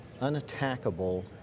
unattackable